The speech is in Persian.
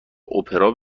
اپرا